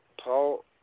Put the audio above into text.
Paul